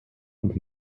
und